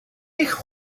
eich